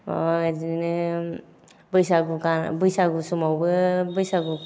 बिदिनो बैसागु गान बैसागु समावबो बैसागु